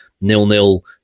nil-nil